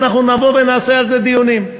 ואנחנו נבוא ונעשה על זה דיונים.